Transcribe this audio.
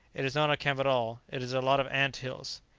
it is not a camp at all it is a lot of ant-hills!